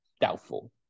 doubtful